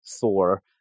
Thor